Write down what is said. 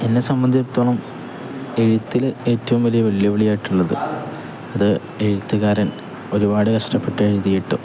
എന്നെ സംബന്ധിച്ചിടത്തോളം എഴുത്തില് ഏറ്റവും വലിയ വെല്ലുവിളിയായിട്ടുള്ളത് അത് എഴുത്തുകാരൻ ഒരുപാട് കഷ്ടപ്പെട്ട് എഴുതിയിട്ടും